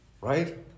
Right